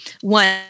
one